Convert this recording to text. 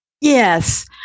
Yes